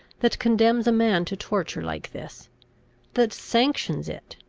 that condemns a man to torture like this that sanctions it,